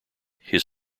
his